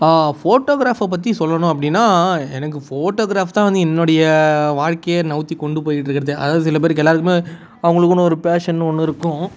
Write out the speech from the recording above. ஃபோட்டோகிராஃபை பற்றி சொல்லணும் அப்படின்னா எனக்கு ஃபோட்டோகிராஃப் தான் வந்து என்னுடைய வாழ்க்கையை நகத்தி கொண்டு போய்ட்ருக்கறதே அதாவது சில பேருக்கு எல்லோருக்குமே அவங்களுக்குனு ஒரு பேஷன்னு ஒன்று இருக்கும்